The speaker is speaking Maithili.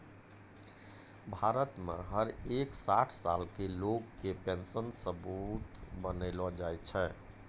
भारत मे हर एक साठ साल के लोग के पेन्शन सबूत बनैलो जाय छै